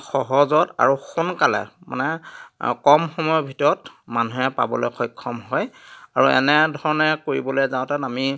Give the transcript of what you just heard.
সহজত আৰু সোনকালে মানে কম সময়ৰ ভিতৰত মানুহে পাবলে সক্ষম হয় আৰু এনেধৰণে কৰিবলে যাওঁতে আমি